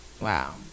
Wow